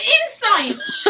Insights